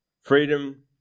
freedom